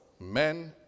men